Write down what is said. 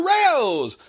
Rails